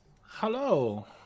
Hello